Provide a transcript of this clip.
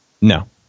No